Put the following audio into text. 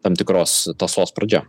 tam tikros tąsos pradžia